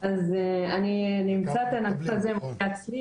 אז אני אמצא את הנתון הזה בעצמי,